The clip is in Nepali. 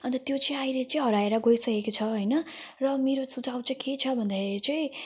अन्त त्यो चाहिँ अहिले चाहिँ हराएर गइसकेको छ होइन र मेरो सुझाउ चाहिँ के छ भन्दाखेरि चाहिँ